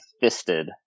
fisted